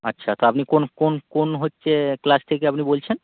আচ্ছা তো আপনি কোন কোন কোন হচ্ছে ক্লাস থেকে আপনি বলছেন